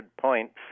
points